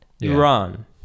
Iran